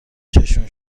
چششون